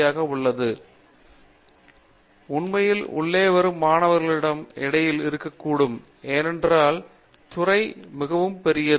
பேராசிரியர் பாபு விஸ்வநாத் உண்மையில் உள்ளே வரும் மாணவர்களிடையே இடைவெளி இருக்கக்கூடும் ஏனென்றால் துறை மிகவும் பெரியது